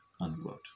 unquote